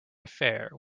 affair